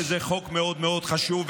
וזה חוק מאוד מאוד חשוב,